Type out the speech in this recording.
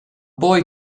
boy